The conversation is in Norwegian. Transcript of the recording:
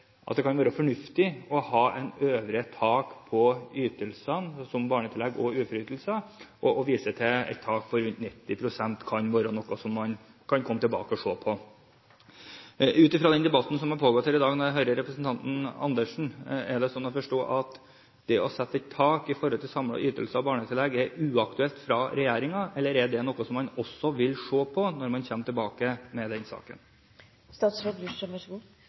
at det kan være fornuftig å ha et øvre tak på ytelser som barnetillegg og uføreytelser, og viser til at et tak på rundt 90 pst. kan være noe man kan komme tilbake til og se på. Ut fra den debatten som har pågått her i dag, og når jeg hører representanten Karin Andersen, er det slik å forstå at det å sette et tak i forhold til samlede ytelser og barnetillegg er uaktuelt for regjeringen, eller er det også noe som man vil se på når man kommer tilbake med saken?